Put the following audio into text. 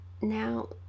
now